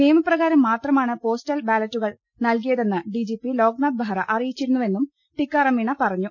നിയമപ്രകാരം മാത്രമാണ് പോസ്റ്റൽ ബാലറ്റുകൾ നൽകി യതെന്ന് ഡിജിപി ലോക്നാഥ് ബെഹ്റ അറിയിച്ചിരുന്നുവെന്നും ടിക്കാറാം മീണ പറഞ്ഞു